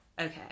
Okay